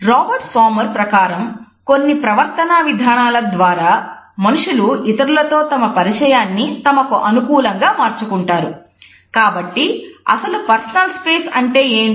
Robert Sommer అంటే ఏమిటి